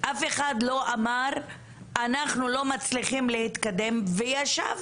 אף אחד לא אמר אנחנו לא מצליחים להתקדם וישב,